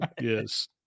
yes